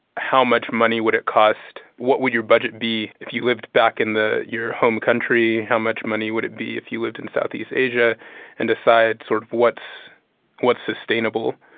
how much money would it cost. what would your budget be if you lived back in your home country how much money would it be if you lived in southeast asia and decide sort of what's what's sustainable.